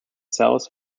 cells